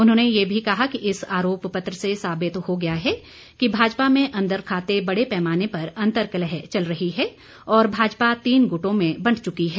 उन्होंने ये भी कहा कि इस आरोप पत्र से साबित हो गया है कि भाजपा में अंदरखाते बड़े पैमाने पर अंतर्कलह चल रही है और भाजपा तीन गुटों में बंट चुकी है